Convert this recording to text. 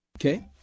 Okay